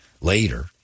Later